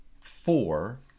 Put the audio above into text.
four